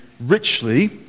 richly